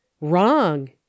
Wrong